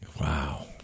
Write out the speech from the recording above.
Wow